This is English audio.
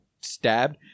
stabbed